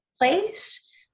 place